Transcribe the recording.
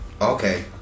okay